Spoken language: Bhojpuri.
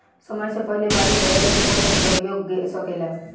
समय से पहिले बारिस अइला से फसल सडिओ सकेला